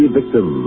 Victim